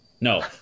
No